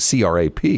CRAP